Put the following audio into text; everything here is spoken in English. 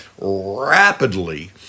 rapidly